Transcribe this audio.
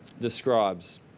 describes